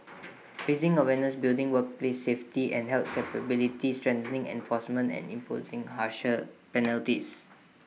raising awareness building workplace safety and health capability strengthening enforcement and imposing harsher penalties